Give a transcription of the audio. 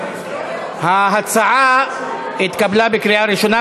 ההצעה התקבלה בקריאה ראשונה,